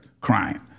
crying